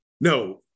No